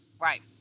Right